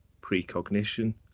precognition